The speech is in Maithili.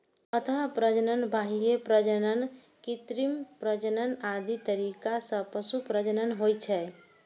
अंतः प्रजनन, बाह्य प्रजनन, कृत्रिम प्रजनन आदि तरीका सं पशु प्रजनन होइ छै